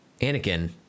Anakin